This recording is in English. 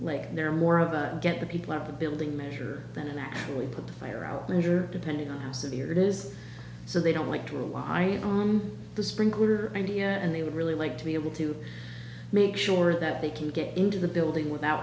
like there are more of a get the people of the building measure than actually put the fire out later depending on how severe it is so they don't like to rely on the sprinkler idea and they would really like to be able to make sure that they can get into the building without